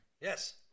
Yes